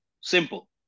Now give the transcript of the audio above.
simple